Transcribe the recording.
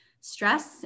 stress